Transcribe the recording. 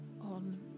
on